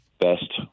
best